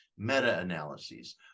meta-analyses